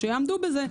שיעמדו בזה.